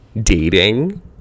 dating